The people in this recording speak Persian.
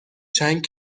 چند